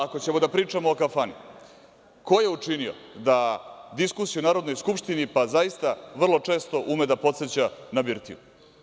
Ako ćemo da pričamo o kafani, ko je učinio da diskusija u Narodnoj skupštini, pa zaista vrlo često, ume da podseća na birtiju?